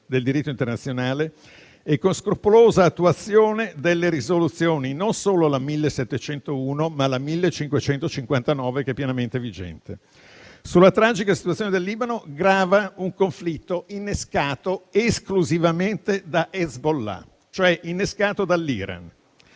del diritto internazionale e con scrupolosa attuazione delle risoluzioni nn. 1.701 e 1.559, pienamente vigente. Sulla tragica situazione del Libano grava un conflitto innescato esclusivamente da Hezbollah, e cioè dall'Iran.